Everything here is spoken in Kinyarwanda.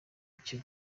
icyo